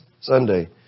Sunday